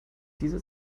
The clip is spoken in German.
diese